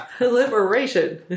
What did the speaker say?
Liberation